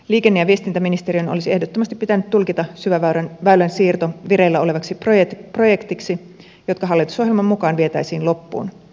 liikenne ja viestintäministeriön olisi ehdottomasti pitänyt tulkita syväväylän siirto vireillä olevaksi projektiksi joka hallitusohjelman mukaan vietäisiin loppuun